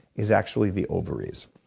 is actually the ovaries.